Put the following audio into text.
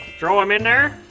throw them in there.